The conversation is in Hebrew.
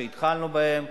והתחלנו בזה,